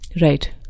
right